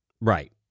Right